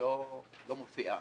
לא מופיעה.